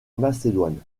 macédoine